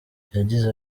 yagize